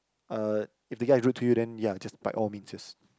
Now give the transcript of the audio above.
uh if the guy rude to you then ya just by all mean just